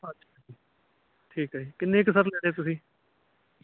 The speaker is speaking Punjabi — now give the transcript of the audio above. ਅੱਛਾ ਠੀਕ ਹੈ ਜੀ ਕਿੰਨੇ ਕੁ ਸਰ ਲੈਣੇ ਤੁਸੀਂ